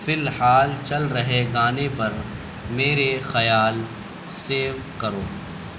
فی الحال چل رہے گانے پر میرے خیال سیو کرو